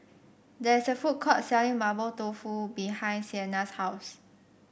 there is a food court selling Mapo Tofu behind Siena's house